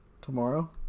Tomorrow